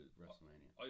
WrestleMania